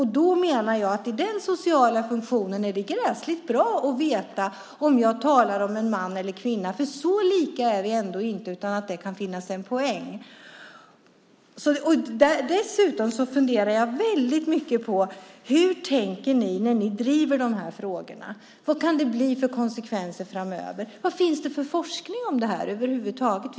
Jag menar att i den sociala funktionen är det gräsligt bra att veta om jag talar om en man eller en kvinna. Så lika är vi ändå inte, så det kan finnas en poäng i detta. Dessutom funderar jag mycket på hur ni tänker när ni driver de här frågorna. Vad kan det få för konsekvenser framöver? Vad finns det för forskning om det här över huvud taget?